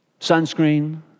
sunscreen